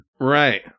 Right